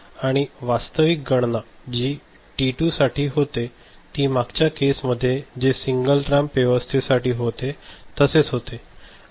आणि वास्तविक गणना जी टी 2 साठी होते ती मागच्या केस मध्ये जे सिंगल रॅम्प व्यवस्थेसाठी होते तसेच होते